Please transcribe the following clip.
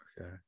Okay